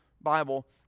Bible